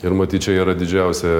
ir matyt čia yra didžiausia